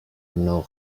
know